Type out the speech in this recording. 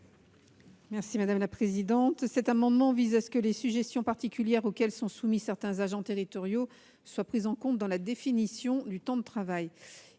l'avis de la commission ? Cet amendement vise à ce que les sujétions particulières auxquelles sont soumis certains agents territoriaux soient prises en compte dans la définition du temps de travail.